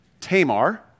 Tamar